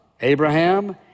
Abraham